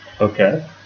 Okay